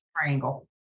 triangle